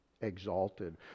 exalted